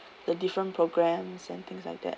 the different programs and things like that